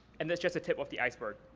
and that's just the tip of the iceberg.